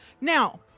Now